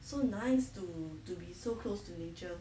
so nice to to be so close to nature